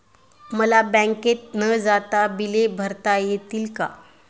मला बँकेत न जाता बिले भरता येतील का?